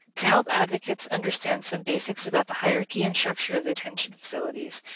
to help advocates understand some basics about the hierarchy and structure of detention facilities,